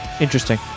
interesting